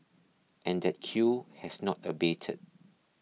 and that queue has not abated